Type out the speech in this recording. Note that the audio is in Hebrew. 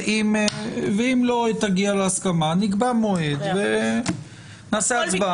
ואם לא נגיע להסכמה, נקבע מועד ונעשה הצבעה.